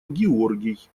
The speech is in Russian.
георгий